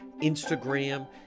instagram